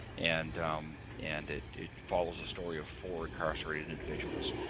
and and it it follows a story of four incarcerated individuals.